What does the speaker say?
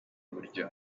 buryo